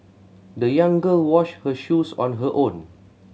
the young girl washed her shoes on her own